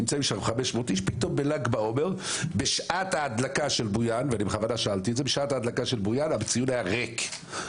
פתאום בל"ג בעומר בשעת ההדלקה של בויאן הציון היה ריק.